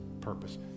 purpose